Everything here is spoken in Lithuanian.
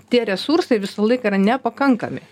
tie resursai visą laiką yra nepakankami